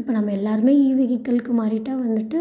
இப்போ நம்ப எல்லாருமே ஈ வெஹிகில்கு மாறிட்டால் வந்துட்டு